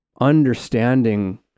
understanding